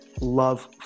love